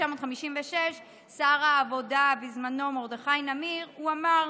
ב-1956, הוא אמר: